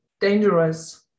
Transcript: dangerous